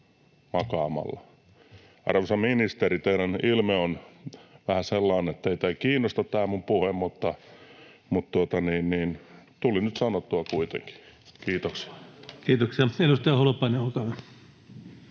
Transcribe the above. Arvoisa ministeri, teidän ilmeenne on vähän sellainen, että teitä ei kiinnosta tämä minun puheeni, mutta tuli nyt sanottua kuitenkin. — Kiitoksia. [Speech